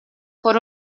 por